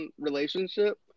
relationship